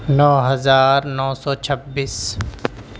نو ہزار نو سو چھبیس